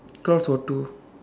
clouds got two